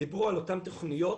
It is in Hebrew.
דיברו על אותן תכניות.